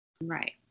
Right